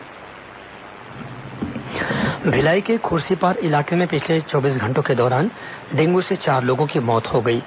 dengue मौत भिलाई के खुर्सीपार इलाके में पिछले चौबीस घंटे के दौरान डेंगू से चार लोगों की मौत हो गई है